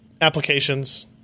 applications